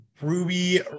Ruby